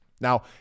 Now